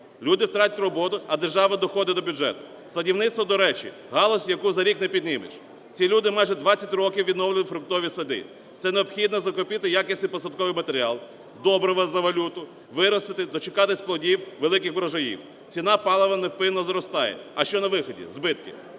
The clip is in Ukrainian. Люди втратять роботу, а держава доходи до бюджету. Садівництво, до речі, галузь, яку за рік не піднімеш. Ці люди майже 20 років відновлювали фруктові сади. Це необхідно закупити якісний посадковий матеріал, добрива за валюту, виростити, дочекатись плодів, великих врожаїв. Ціна палива невпинно зростає. А що на виході? Збитки.